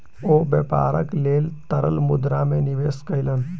ओ व्यापारक लेल तरल मुद्रा में निवेश कयलैन